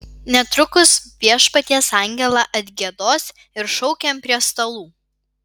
netrukus viešpaties angelą atgiedos ir šaukiam prie stalų